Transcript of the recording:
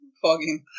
fogging